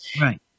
Right